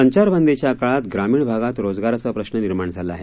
संचारबंदीच्या काळात ग्रामीण भागात रोजगाराचा प्रश्न निर्माण झाला आहे